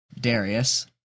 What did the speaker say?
Darius